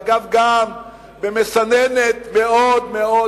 אגב, גם במסננת מאוד רצינית.